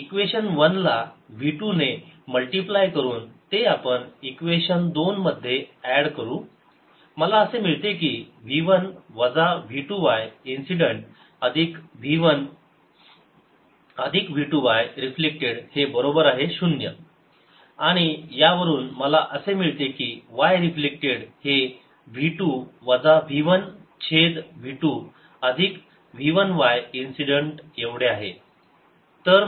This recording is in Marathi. इक्वेशन 1ला v 2 ने मल्टिप्लाय करून ते आपण इक्वेशन दोन मध्ये ऍड करू मला असे मिळते की v 1 वजा v2 y इन्सिडेंट अधिक v1 अधिक v2 y रिफ्लेक्टेड हे बरोबर आहे शून्य आणि या वरून मला असे मिळते की y रिफ्लेक्टेड हे v2 वजा v1 छेद v2 अधिक v 1 y इन्सिडेंट एवढे आहे